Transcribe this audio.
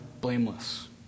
blameless